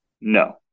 No